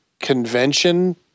convention